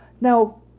Now